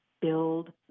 build